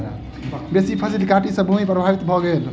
बेसी फसील कटाई सॅ भूमि प्रभावित भ गेल